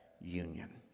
union